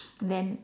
then